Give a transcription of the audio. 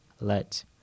Let